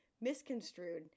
misconstrued